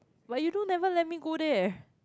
but you don't ever let me go there